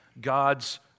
God's